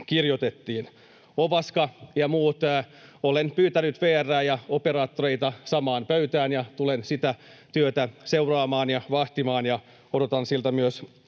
kirjoitettiin. Ovaska ja muut — olen pyytänyt VR:ää ja operaattoreita samaan pöytään ja tulen sitä työtä seuraamaan ja vahtimaan ja odotan siltä myös